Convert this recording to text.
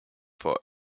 for